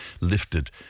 lifted